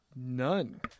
None